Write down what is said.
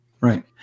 Right